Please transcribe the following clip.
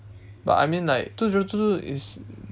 but I mean like two zero two two is